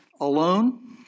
alone